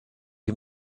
you